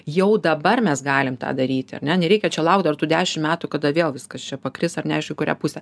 jau dabar mes galim tą daryti ar ne nereikia čia laukt dar tų dešim metų kada vėl viskas čia pakris ar neaišku į kurią pusę